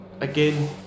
again